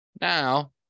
Now